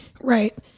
right